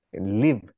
Live